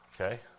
okay